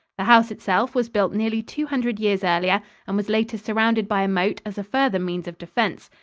the house itself was built nearly two hundred years earlier and was later surrounded by a moat as a further means of defense.